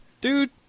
dude